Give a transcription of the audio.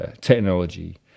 technology